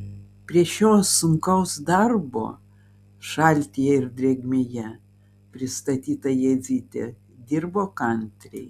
prie šio sunkaus darbo šaltyje ir drėgmėje pristatyta jadzytė dirbo kantriai